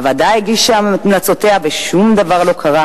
הוועדה הגישה המלצותיה ושום דבר לא קרה,